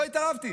לא התערבתי.